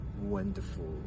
wonderful